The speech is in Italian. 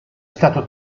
stato